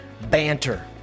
banter